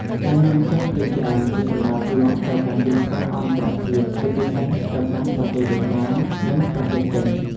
ការនាំចេញភាគច្រើនគឺសម្រាប់លក់ទៅកាន់ទីផ្សារអន្តរជាតិ ជាពិសេសទៅកាន់ប្រទេសវៀតណាម និងប្រទេសចិន។